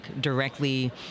directly